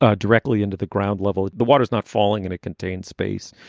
ah directly into the ground level. the water is not falling and it contains space,